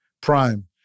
Prime